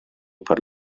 per